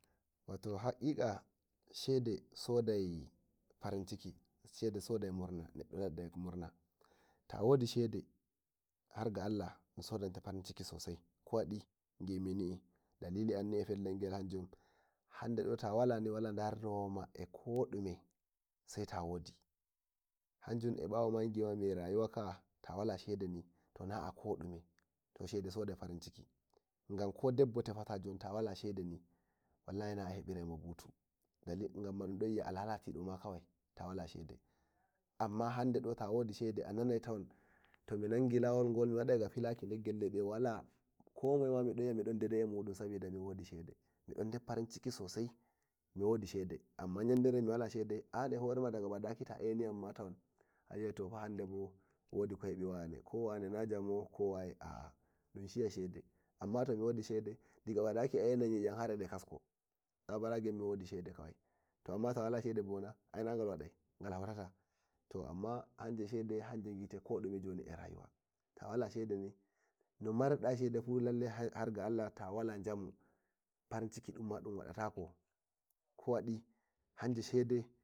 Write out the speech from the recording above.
wato hakika shede sodai farinciki shede shodai murna neddo nadai murna ta wodi shede Harga Allah dun sodante farin ciki sosai ko wadi bimini dalili an e pellel gel ni hanjun hande do towanni wala darira woma e kodume sai ta wodi hanjun e bawo ma bima mi eh rayuwa ka ta wala shedeni to na'a kodume to shede shodai farin ciki ganko dabbata fatani ta wala shedeni wallahi na hebirai mo butu gamma dun don yi'a a lalatido kawai ta wala shede amma a lalatido kawai ta wala shede amma hande do ta wodi shede a nanai tom tomi nangi lawol gol miwadai ga filaki gella de sabid midon yi'a midon daidai e mudun sabida mi wodi shede mi dundar farin ciki sosai mi wodi shede amma yandere miwala shede an e horema ta e nayi awi'ai to hanaebo wodi ko hebiwane ko ane na jamo aa dun shiya shede an ma tomi wodi shede da ga ba daki ayi'ai har yiye am e de kasko stabaragen miwodi shede kawai to amma ta wala shedeni na gal wadai gal hautata to amma shede hanje bite kodume a rayuwa ta wala shedeni no marirda shede lallai Harga Allah ta wala yamu farin ciki dunma dun wada tako ko wadi hanje shede.